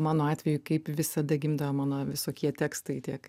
mano atveju kaip visada gimdavo mano visokie tekstai tiek